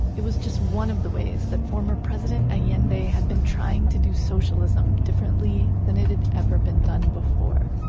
it was just one of the ways that former president allende had been trying to do socialism differently than it had ever been done before